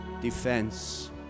defense